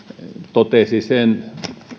totesi sen